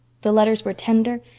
the letters were tender,